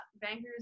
Bankers